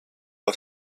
auf